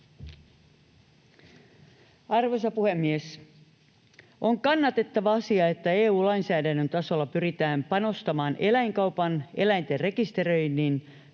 Arvoisa puhemies! On kannatettava asia, että EU-lainsäädännön tasolla pyritään panostamaan eläinkaupan, eläinten rekisteröinnin